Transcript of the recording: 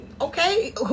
Okay